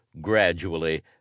gradually